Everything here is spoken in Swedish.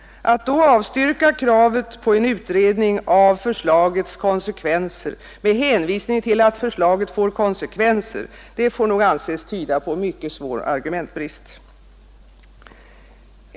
Att då avstyrka kravet på en utredning av förslagets konsekvenser med hänvisning till att förslaget får konsekvenser får nog anses tyda på en mycket svår argumentbrist.